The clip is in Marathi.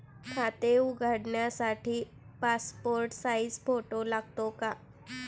खाते उघडण्यासाठी पासपोर्ट साइज फोटो लागतो का?